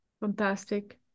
Fantastic